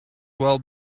well